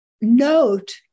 note